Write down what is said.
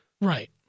Right